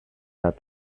that